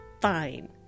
fine